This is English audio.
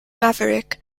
maverick